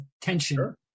tension